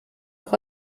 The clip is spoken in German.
auch